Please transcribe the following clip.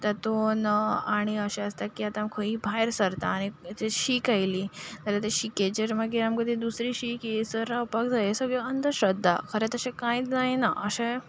तांतून आनी अशें आसता की आतां खंयी भायर सरता आनी जर शीक आयली जाल्यार त्या शीकेचेर मागीर आमकां दुसरी शीक येसर रावपाक जाय हें सगळ्यो अधंश्रध्दा आतां तशें कांयच जायना अशें